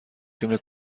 فیلم